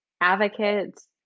advocates